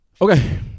Okay